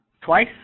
twice